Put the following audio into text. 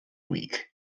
weak